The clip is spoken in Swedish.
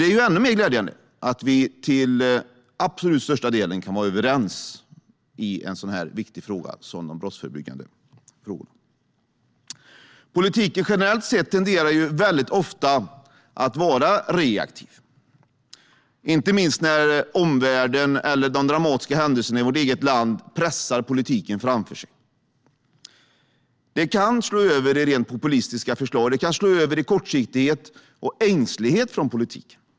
Det är ännu mer glädjande att vi till absolut största del kan vara överens i en så viktig fråga som den om brottsförebyggande. Politiken tenderar generellt sett att vara reaktiv, inte minst när de dramatiska händelserna i omvärlden eller i vårt eget land pressar politiken framför sig. Det kan slå över i rent populistiska förslag och i kortsiktighet och ängslighet från politiken.